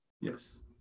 Yes